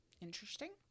interesting